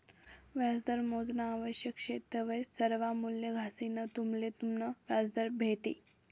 व्याजदर मोजानं आवश्यक शे तवय सर्वा मूल्ये घालिसंन तुम्हले तुमनं व्याजदर भेटी